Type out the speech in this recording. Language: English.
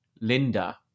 linda